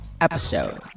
episode